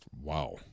Wow